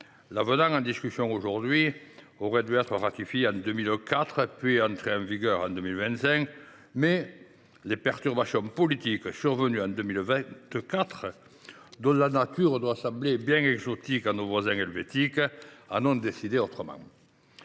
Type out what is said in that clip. l’avenant en discussion aujourd’hui aurait dû être ratifié en 2024, puis entrer en vigueur en 2025, mais les perturbations politiques survenues en 2024, dont la nature doit sembler bien exotique à nos voisins helvètes, en ont décidé autrement.